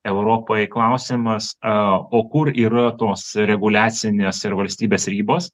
europoj klausimas a o kur yra tos reguliacinės ir valstybės ribos